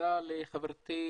תודה לחברתי,